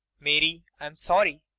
mary, i'm sorry.